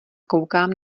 koukám